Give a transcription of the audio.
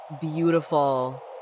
beautiful